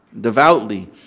devoutly